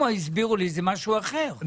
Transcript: הסבירו לי ששום זה משהו אחר.